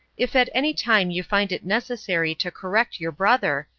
if at any time you find it necessary to correct your brother,